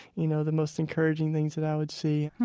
you know, the most encouraging things that i would see.